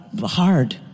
hard